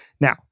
Now